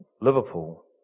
Liverpool